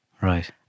Right